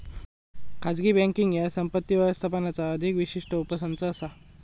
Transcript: खाजगी बँकींग ह्या संपत्ती व्यवस्थापनाचा अधिक विशिष्ट उपसंच असा